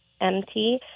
MT